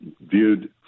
viewed